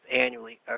annually